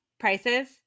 prices